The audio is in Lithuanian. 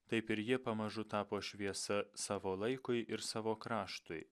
taip ir jie pamažu tapo šviesa savo laikui ir savo kraštui